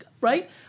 right